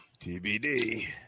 TBD